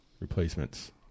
Replacements